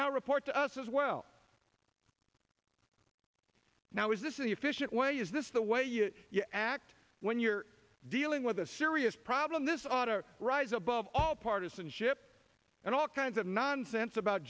now report to us as well now is this inefficient way is this the way you act when you're dealing with a serious problem this ought to rise above all partisanship and all kinds of nonsense about